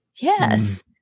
Yes